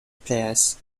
players